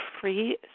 free